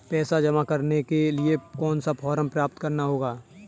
पैसा जमा करने के लिए कौन सा फॉर्म प्राप्त करना होगा?